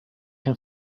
can